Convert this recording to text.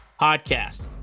podcast